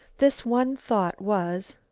this one thought was,